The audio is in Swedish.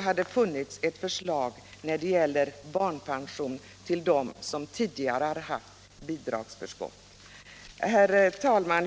hade funnits ett förslag om barnpension till dem som tidigare har haft bidragsförskott. Herr talman!